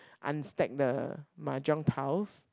unstack the mahjong tiles